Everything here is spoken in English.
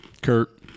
Kurt